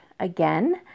again